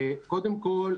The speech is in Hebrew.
קודם כול,